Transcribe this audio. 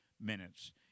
minutes